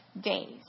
days